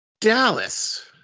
Dallas